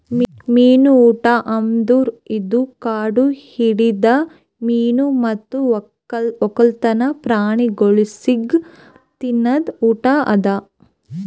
ಮೀನು ಊಟ ಅಂದುರ್ ಇದು ಕಾಡು ಹಿಡಿದ ಮೀನು ಮತ್ತ್ ಒಕ್ಕಲ್ತನ ಪ್ರಾಣಿಗೊಳಿಗ್ ತಿನದ್ ಊಟ ಅದಾ